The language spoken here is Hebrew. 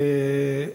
אומר